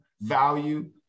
value